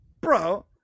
bro